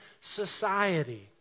society